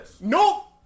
Nope